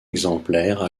exemplaire